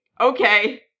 Okay